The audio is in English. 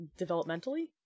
developmentally